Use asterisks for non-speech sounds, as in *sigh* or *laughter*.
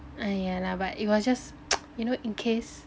!aiya! lah but it was just *noise* you know in case